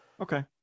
Okay